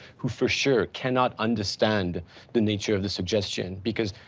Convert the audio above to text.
who for sure cannot understand the nature of the suggestion, because,